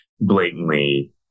blatantly